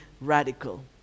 radical